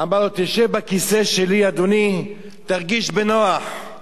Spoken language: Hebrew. אמר לו, תשב בכיסא שלי, אדוני, תרגיש בנוח,